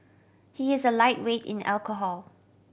he is a lightweight in alcohol